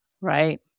right